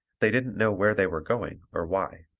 they didn't know where they were going or why.